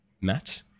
Matt